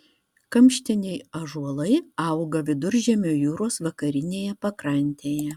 kamštiniai ąžuolai auga viduržemio jūros vakarinėje pakrantėje